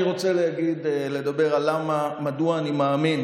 אני רוצה לדבר על מדוע אני מאמין